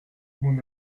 mon